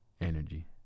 energy